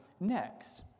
next